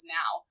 now